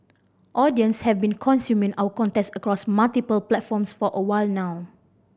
audience have been consuming our content across multiple platforms for a while now